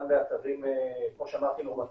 גם באתרים נורמטיביים,